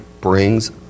brings